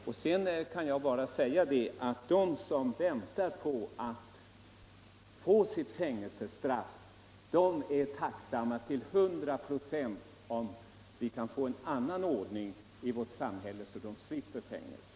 Och de som väntar på att få sitt fängelsestraff är allesammans tacksamma om vi kan få en annan ordning, så att de slipper fängelse.